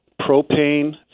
propane